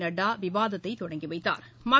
நட்டா விவாதத்தை தொடங்கி வைத்தாா்